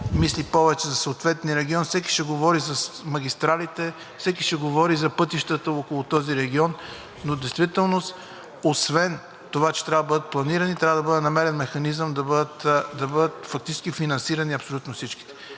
мисли повече за съответния регион, всеки ще говори за магистралите, всеки ще говори за пътищата около този регион, но в действителност, освен това че трябва да бъдат планирани, трябва да бъде намерен механизъм да бъдат фактически финансирани абсолютно всичките.